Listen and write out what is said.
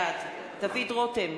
בעד דוד רותם,